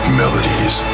melodies